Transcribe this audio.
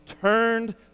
turned